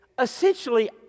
essentially